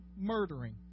murdering